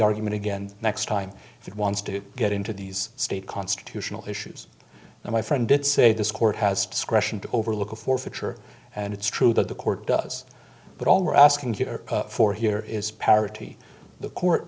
argument again next time if it wants to get into these state constitutional issues and my friend did say this court has discretion to overlook a forfeiture and it's true that the court does but all are asking for here is parity the court